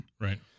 Right